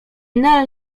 nel